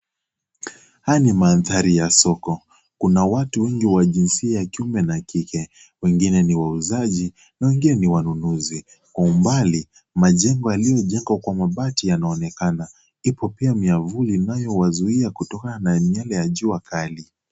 Haya ni mandhari ya soko. Kuna watu wengi wa jinsia ya kiume na kike. Wengine ni wauzaji na wengine ni wanunuzi. Kwa umbali, majengo yaliyojengwa kwa mabati yanaonekana. Iko pia miavuli inayowazuia kutokana na miale ya jua kali.